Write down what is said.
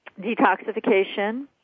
detoxification